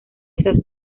esas